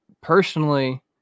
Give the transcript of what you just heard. personally